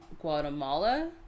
Guatemala